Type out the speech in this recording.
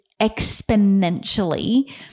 exponentially